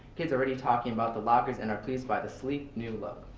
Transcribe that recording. kids are already talking about the lockers and are pleased by the sleek, new look.